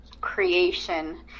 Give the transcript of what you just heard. creation